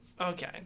Okay